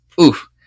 Oof